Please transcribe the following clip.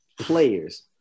players